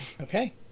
Okay